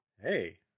hey